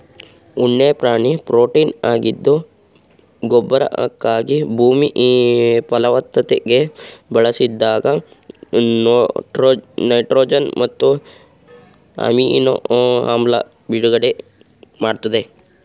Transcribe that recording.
ಉಣ್ಣೆ ಪ್ರಾಣಿ ಪ್ರೊಟೀನಾಗಿದ್ದು ಗೊಬ್ಬರಕ್ಕಾಗಿ ಭೂಮಿ ಫಲವತ್ತತೆಗೆ ಬಳಸಿದಾಗ ನೈಟ್ರೊಜನ್ ಮತ್ತು ಅಮಿನೊ ಆಮ್ಲ ಬಿಡುಗಡೆ ಮಾಡ್ತದೆ